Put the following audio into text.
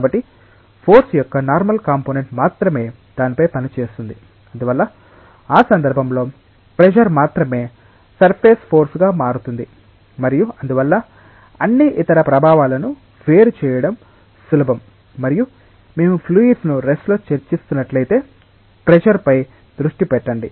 కాబట్టి ఫోర్స్ యొక్క normal component మాత్రమే దానిపై పనిచేస్తుంది అందువల్ల ఆ సందర్భంలో ప్రెషర్ మాత్రమే సర్ఫేస్ ఫోర్స్ గా మారుతుంది మరియు అందువల్ల అన్ని ఇతర ప్రభావాలను వేరుచేయడం సులభం మరియు మేము ఫ్లూయిడ్స్ ను రెస్ట్ లో చర్చిస్తున్నట్లయితే ప్రెషర్ పై దృష్టి పెట్టండి